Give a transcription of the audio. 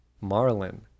marlin